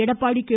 Edappadi K